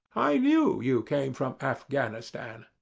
i knew you came from afghanistan.